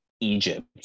egypt